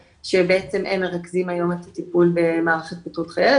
שבעצם הם מרכזים היום את הטיפול במערך התפתחות הילד,